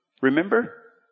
Remember